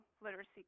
literacy